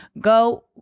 go